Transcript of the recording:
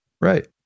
Right